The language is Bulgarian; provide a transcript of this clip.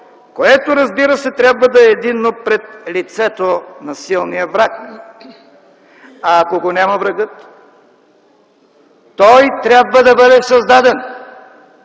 което, разбира се, трябва да е единно пред лицето на силния враг. А ако го няма врагът? Той трябва да бъде създаден!